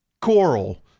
Coral